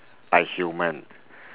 by human